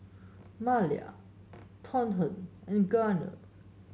Malia Thornton and Gunner